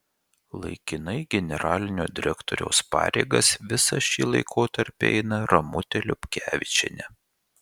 laikinai generalinio direktoriaus pareigas visą šį laikotarpį eina ramutė liupkevičienė